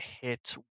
hit